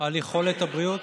על יכולת הבריאות,